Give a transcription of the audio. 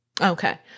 Okay